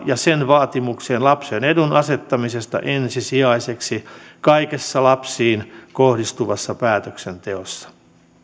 ja sen vaatimuksiin lapsen edun asettamisesta ensisijaiseksi kaikessa lapsiin kohdistuvassa päätöksenteossa